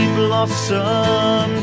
blossom